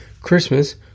Christmas